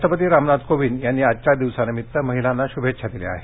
राष्ट्रपती रामनाथ कोविंद यांनी आजच्या दिवसानिमित्त महिलांना श्भेच्छा दिल्या आहेत